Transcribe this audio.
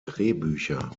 drehbücher